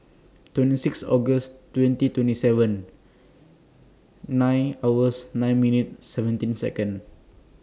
twenty six August twenty twenty seven nine hours nine minutes seventeen Second